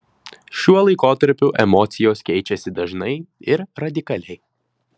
šiuo laikotarpiu emocijos keičiasi dažnai ir radikaliai